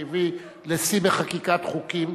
לשיאן, היושב-ראש שהביא לשיא בחקיקת חוקים,